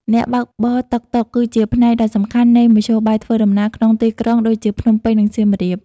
អ្នកបើកបរតុកតុកគឺជាផ្នែកដ៏សំខាន់នៃមធ្យោបាយធ្វើដំណើរក្នុងទីក្រុងដូចជាភ្នំពេញ និងសៀមរាប។